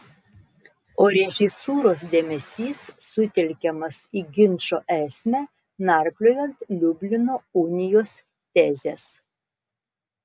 o režisūros dėmesys sutelkiamas į ginčo esmę narpliojant liublino unijos tezes